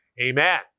Amen